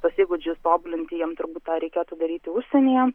tuos įgūdžius tobulinti jiem turbūt tą reikėtų daryti užsienyje